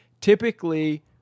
Typically